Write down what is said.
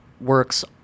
works